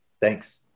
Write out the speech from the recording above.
Thanks